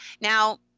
Now